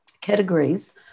categories